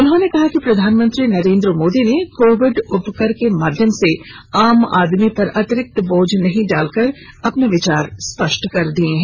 उन्होंने कहा कि प्रधानमंत्री नरेंद्र मोदी ने कोविड उपकर के माध्यम से आम आदमी पर अतिरिक्त बोझ नहीं डालकर अपने विचार स्पष्ट कर दिये हैं